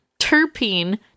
terpene